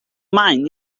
mind